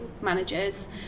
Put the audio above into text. managers